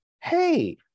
Hey